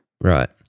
Right